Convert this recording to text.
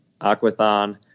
aquathon